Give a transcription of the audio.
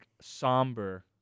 somber